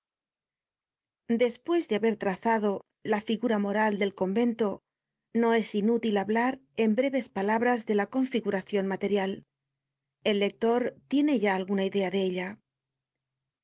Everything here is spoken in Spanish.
despues de haber trazado la figura moral del convento no es inútil hablar en breves palabras de la configuracion material el lector tiene ya alguna idea de ella el